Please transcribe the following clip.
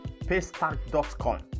paystack.com